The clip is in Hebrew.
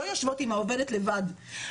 לא יושבות עם העובדת לבד.